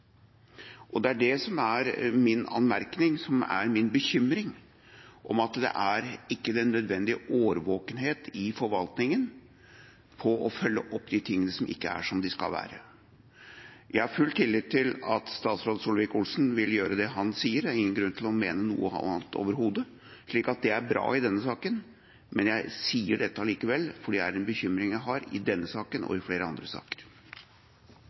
Det er det som er min anmerkning, og som er min bekymring, at det er ikke den nødvendige årvåkenhet i forvaltninga med hensyn til å følge opp de tingene som ikke er som de skal være. Jeg har full tillit til at statsråd Solvik-Olsen vil gjøre det han sier, det er overhodet ingen grunn til å mene noe annet, så det er bra i denne saken. Men jeg sier dette allikevel, for det er en bekymring jeg har ut fra denne saken og flere andre saker.